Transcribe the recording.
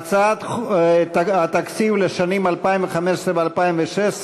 הצעת חוק התקציב לשנות התקציב 2015 ו-2016,